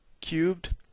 cubed